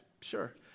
sure